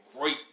great